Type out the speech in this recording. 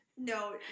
No